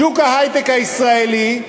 שוק ההיי-טק הישראלי,